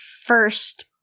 first